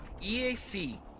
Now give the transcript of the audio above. EAC